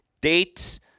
dates